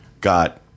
got